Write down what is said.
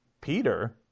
Peter